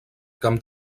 camp